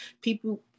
people